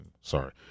sorry